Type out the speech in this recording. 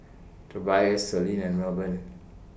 Tobias Selene and Milburn